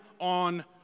on